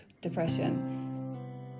depression